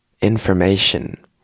information